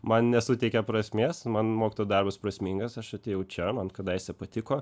man nesuteikia prasmės man mokytojo darbas prasmingas aš atėjau čia man kadaise patiko